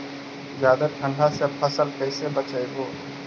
जादे ठंडा से फसल कैसे बचइबै?